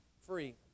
free